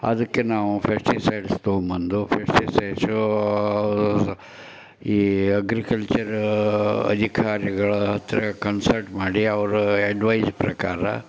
ಅದಕ್ಕೆ ನಾವು ಫೆಸ್ಟಿಸೈಡ್ಸ್ ತೊಗೊಂಡ್ಬಂದು ಫೆಸ್ಟಿಸೈಡ್ಸು ಈ ಅಗ್ರಿಕಲ್ಚರ್ ಅಧಿಕಾರಿಗಳ ಹತ್ತಿರ ಕನ್ಸಲ್ಟ್ ಮಾಡಿ ಅವರ ಅಡ್ವೈಸ್ ಪ್ರಕಾರ